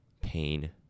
pain